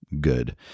good